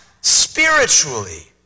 spiritually